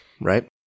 right